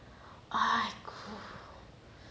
aigoo